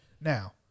Now